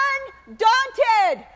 Undaunted